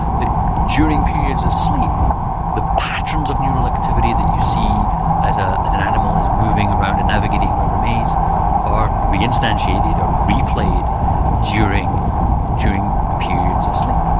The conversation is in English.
that during periods of sleep the patterns of neural activity that you see as ah as an animal is moving around and navigating around a maze are re-instantiated, are replayed during during periods of sleep.